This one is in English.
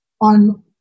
on